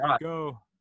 go